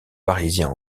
parisien